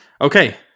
Okay